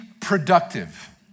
productive